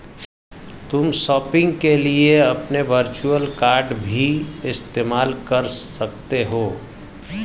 तुम शॉपिंग के लिए अपने वर्चुअल कॉर्ड भी इस्तेमाल कर सकते हो